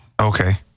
Okay